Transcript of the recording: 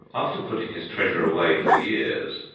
after putting his treasure away for years,